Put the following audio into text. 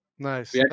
Nice